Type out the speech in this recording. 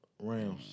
Rams